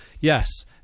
yes